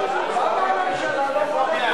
למה הממשלה לא בונה דירות?